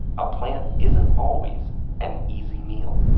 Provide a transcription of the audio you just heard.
a plant isn't always an easy meal.